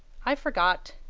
i forgot.